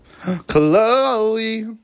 Chloe